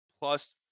plus